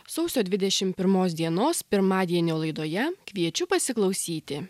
sausio dvidešimt pirmos dienos pirmadienio laidoje kviečiu pasiklausyti